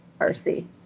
RC